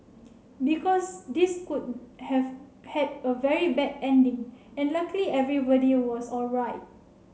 because this could have had a very bad ending and luckily everybody was alright